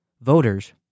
voters